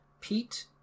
Pete